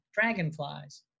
dragonflies